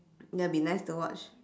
that'll be nice to watch